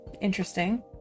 Interesting